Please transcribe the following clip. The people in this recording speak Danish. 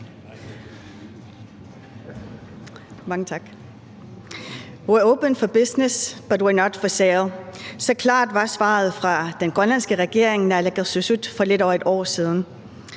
Mange tak. We are open for business, but we are not for sale. Så klart var svaret fra den grønlandske regering, naalakkersuisut, for lidt over et år siden.